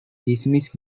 dismissed